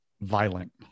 violent